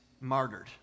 martyred